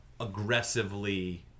aggressively